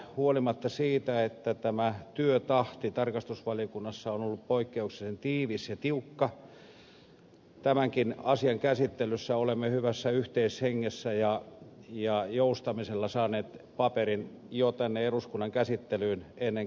huolimatta siitä että työtahti tarkastusvaliokunnassa on ollut poikkeuksellisen tiivis ja tiukka tämänkin asian käsittelyssä olemme hyvässä yhteishengessä ja joustamisella saaneet paperin eduskunnan käsittelyyn jo ennen kesätaukoa